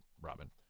Robin